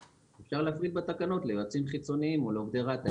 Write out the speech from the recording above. אז אפשר להפריד בתקנות ליועצים חיצוניים או לעובדי רת"א.